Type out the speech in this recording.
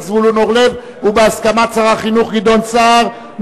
זבולון אורלב ובהסכמת שר החינוך גדעון סער,